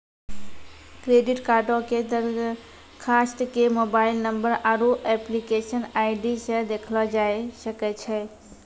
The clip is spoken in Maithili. क्रेडिट कार्डो के दरखास्त के मोबाइल नंबर आरु एप्लीकेशन आई.डी से देखलो जाय सकै छै